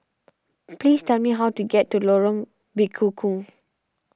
please tell me how to get to Lorong Bekukong